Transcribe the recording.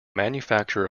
manufacture